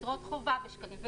יתרות חובה בשקלים,